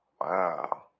Wow